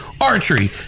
archery